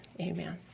amen